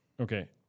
okay